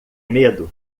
medo